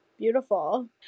beautiful